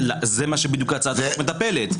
זה בדיוק מה שהצעת החוק מטפלת בו.